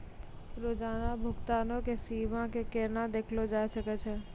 रोजाना भुगतानो के सीमा के केना देखलो जाय सकै छै?